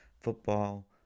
football